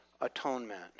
atonement